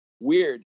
weird